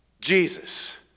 Jesus